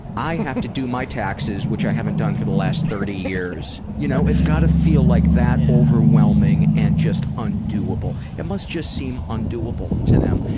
i have to do my taxes, which i haven't done for the last thirty years. you know, it's gotta feel like that overwhelming and just undoable. it must just seem undoable to them.